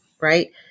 Right